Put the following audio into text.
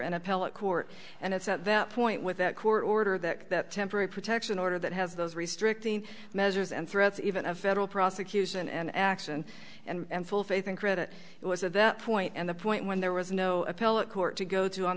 appellate court and it's at that point with that court order that that temporary protection order that has those restricting measures and threats even a federal prosecution and acts and and full faith and credit it was at that point and the point when there was no appellate court to go to on